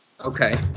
Okay